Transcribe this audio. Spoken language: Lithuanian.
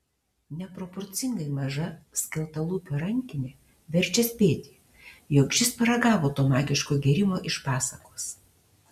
neproporcingai maža skeltalūpio rankinė verčia spėti jog šis paragavo to magiško gėrimo iš pasakos